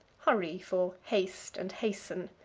hurry for haste and hasten.